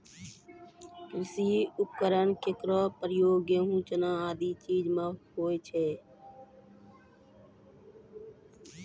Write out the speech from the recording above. कृषि उपकरण केरो प्रयोग गेंहू, चना आदि चीज म होय छै